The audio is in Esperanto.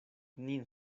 nin